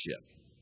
relationship